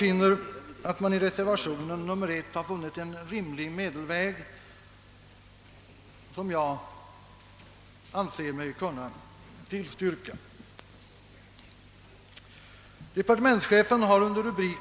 I reservation nr 1 har man funnit en rimlig medelväg, som jag anser mig kunna tillstyrka.